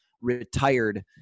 retired